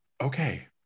okay